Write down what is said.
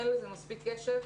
אין לזה מספיק קשב.